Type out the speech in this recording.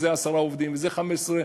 זה עשרה עובדים וזה חמישה,